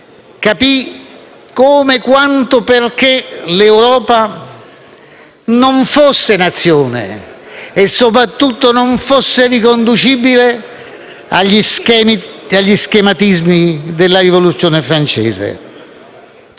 capì come, quanto e perché l'Europa non fosse nazione e, soprattutto, non fosse riconducibile agli schemi e agli schematismi della Rivoluzione francese.